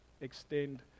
extend